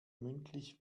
mündlich